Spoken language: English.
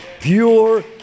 pure